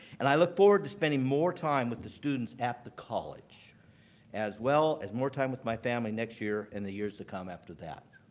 and i look forward to spending more time with the students at the college as well as more time with my family next year and the years to come after that.